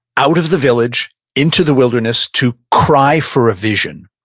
out of the village into the wilderness to cry for a vision.